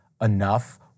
Enough